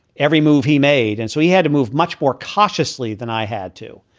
every move he made. and so he had to move much more cautiously than i had to.